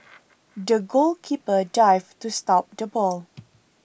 the goalkeeper dived to stop the ball